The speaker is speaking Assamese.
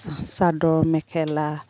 চাদৰ মেখেলা